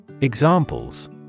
Examples